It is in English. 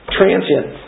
Transient